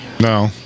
No